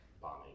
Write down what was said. bombing